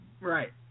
Right